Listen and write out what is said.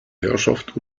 herrschaft